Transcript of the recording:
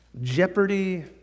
Jeopardy